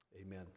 Amen